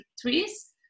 trees